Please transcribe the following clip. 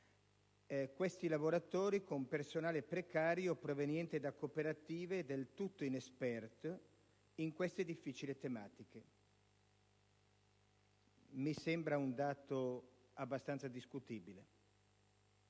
Sottosegretario - con personale precario proveniente da cooperative, del tutto inesperto di queste difficili tematiche. Mi sembra un dato abbastanza discutibile.